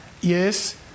Yes